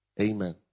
Amen